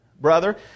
Brother